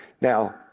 Now